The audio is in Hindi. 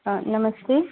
नमस्ते